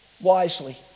wisely